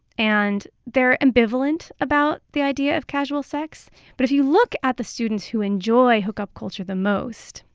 and they're ambivalent about the idea of casual sex but if you look at the students who enjoy hookup culture the most,